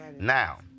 Now